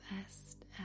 best